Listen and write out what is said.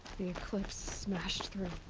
smashed through.